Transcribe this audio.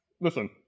Listen